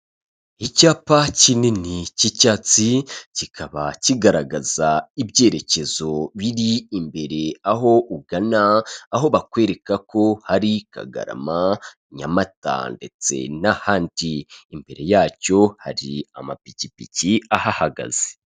Icyapa kinini cy'icyatsi, kikaba kigaragaza ibyerekezo biri imbere aho ugana, aho bakwereka ko ari Kagarama, Nyamata ndetse n'ahandi, imbere yacyo hari amapikipiki ahahagaze.